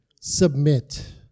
submit